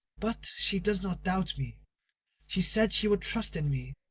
but she does not doubt me she said she would trust in me.